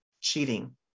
cheating